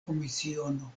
komisiono